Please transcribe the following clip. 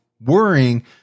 worrying